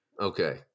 Okay